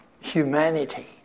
humanity